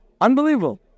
Unbelievable